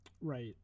Right